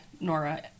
Nora